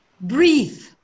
Breathe